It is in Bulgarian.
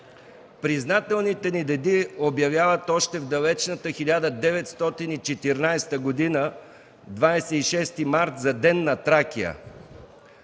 Признателните ни деди обявяват още в далечната 1914 г. 26 март за Ден на Тракия,